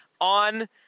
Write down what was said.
on